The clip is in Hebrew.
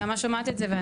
אני שומעת את זה,